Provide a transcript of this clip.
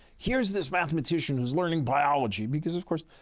here's this mathematician who's learning biology. because, of course,